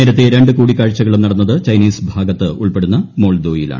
നേരത്തെ രണ്ടു കൂടിക്കാഴ്ചകളും നടന്നത് ചൈനീസ് ഭാഗത്ത് ഉൾപ്പെടുന്ന മോൾദോയിലാണ്